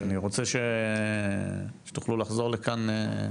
אני רוצה שתוכלו לחזור לכאן.